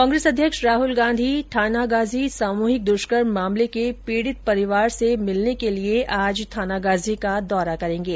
कांग्रेस अध्यक्ष राहुल गांधी थानागाजी सामूहिक दुष्कर्म मामले के पीड़ित परिवार से मिलने के लिए आज थानागाजी का दौरा करेंगे